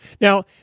Now